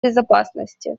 безопасности